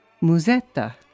Musetta